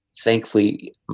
thankfully